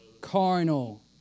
Carnal